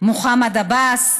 מוחמד עבאס?